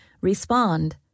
respond